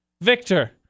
Victor